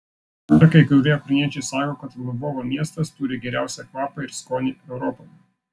dar kai kurie ukrainiečiai sako kad lvovo miestas turi geriausią kvapą ir skonį europoje